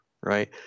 right